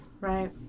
Right